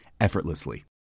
effortlessly